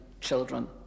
children